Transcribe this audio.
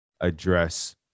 address